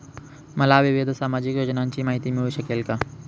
मला विविध सामाजिक योजनांची माहिती मिळू शकेल का?